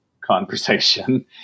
conversation